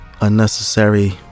unnecessary